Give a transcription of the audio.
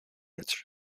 its